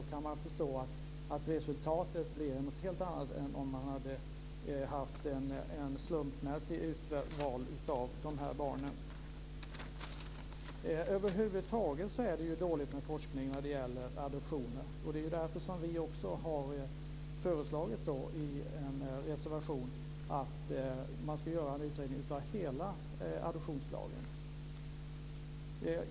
Då kan man förstå att resultatet blir något helt annat än om man hade haft ett slumpmässigt urval av barnen. Över huvud taget är det dåligt med forskning om adoptioner. Det är också därför som vi har föreslagit i en reservation att man ska göra en utredning av hela adoptionslagen.